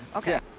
ok. yeah.